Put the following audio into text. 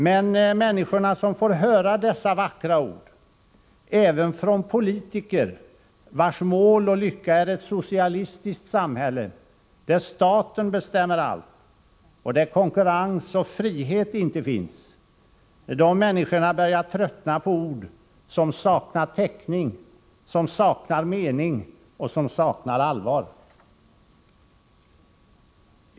Men människorna som får höra dessa vackra ord även från politiker vars mål och lycka är ett socialistiskt samhälle, där staten bestämmer allt och där konkurrens och frihet inte finns, börjar tröttna på ord, som saknar täckning, som saknar mening och som saknar allvar.